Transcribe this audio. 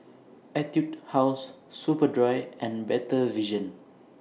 Etude House Superdry and Better Vision